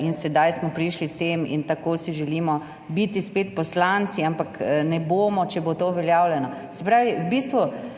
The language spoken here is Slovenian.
in sedaj smo prišli sem in tako si želimo biti spet poslanci, ampak ne bomo, če bo to uveljavljeno.